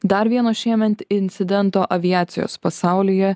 dar vieno šiemet incidento aviacijos pasaulyje